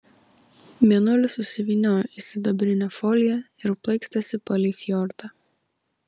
mėnulis susivyniojo į sidabrinę foliją ir plaikstėsi palei fjordą